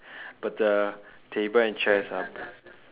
but the table and chairs are